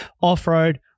off-road